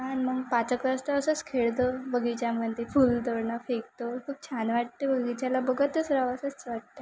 आणि मग असंच खेळतं बगीच्यामध्ये फुलतोड ना फेकतो खूप छान वाटते बगीच्याला बघतच रहावं असंच वाटतं